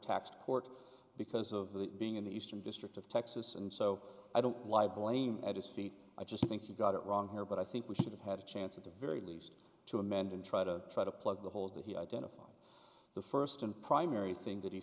overtaxed court because of the being in the eastern district of texas and so i don't lie blame at his feet i just think he got it wrong here but i think we should have had a chance at the very least to amend and try to try to plug the holes that he identified the first and primary thing that he